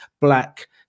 black